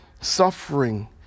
suffering